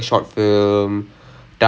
அது:athu most